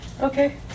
Okay